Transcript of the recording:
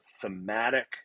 thematic